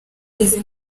izi